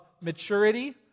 maturity